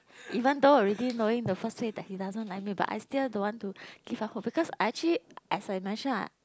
even though already knowing the first day that he doesn't like me but I still don't want to give up hope because I actually as I mention ah